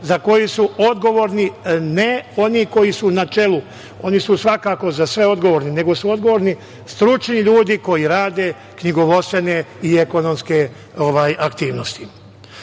za koji su odgovorni, ne oni koji su na čelu, oni su svakako za sve odgovorni, nego su odgovorni stručni ljudi koji rade knjigovodstvene i ekonomske aktivnosti. Što